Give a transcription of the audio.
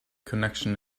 connection